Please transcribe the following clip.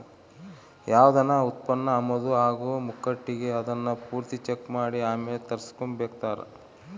ಯಾವ್ದನ ಉತ್ಪನ್ನ ಆಮದು ಆಗೋ ಮುಂಕಟಿಗೆ ಅದುನ್ನ ಪೂರ್ತಿ ಚೆಕ್ ಮಾಡಿ ಆಮೇಲ್ ತರಿಸ್ಕೆಂಬ್ತಾರ